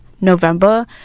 november